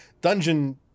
Dungeon